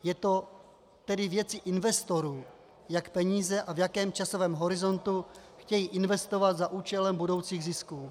Je to tedy věcí investorů, jaké peníze a v jakém časovém horizontu chtějí investovat za účelem budoucích zisků.